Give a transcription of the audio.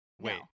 Wait